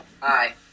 Hi